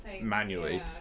manually